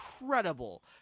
incredible